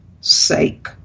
sake